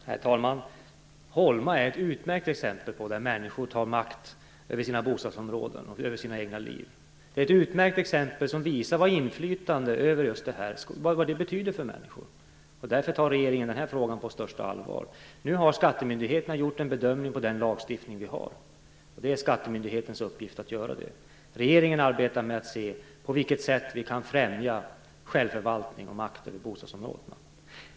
Herr talman! Holma är ett utmärkt exempel på hur människor tar makt över sina bostadsområden och över sina egna liv. Det är ett utmärkt exempel som visar vad inflytande över just detta betyder för människor. Därför tar regeringen den här frågan på största allvar. Nu har skattemyndigheterna gjort en bedömning av den lagstiftning vi har. Det är skattemyndighetens uppgift att göra det. Regeringen arbetar med att se på vilket sätt vi kan främja självförvaltning och makt över bostadsområdena.